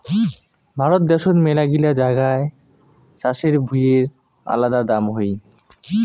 ভারত দ্যাশোত মেলাগিলা জাগায় চাষের ভুঁইয়ের আলাদা দাম হই